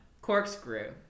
corkscrew